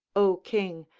o king,